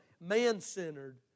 man-centered